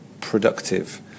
productive